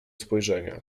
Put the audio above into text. spojrzenia